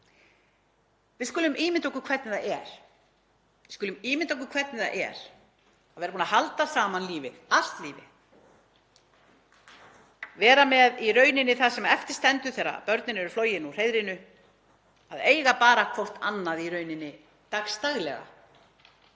Við skulum ímynda okkur hvernig það er að vera búin að halda saman lífið, allt lífið, vera með í rauninni það sem eftir stendur þegar börnin eru flogin úr hreiðrinu að eiga bara hvort annað í rauninni dagsdaglega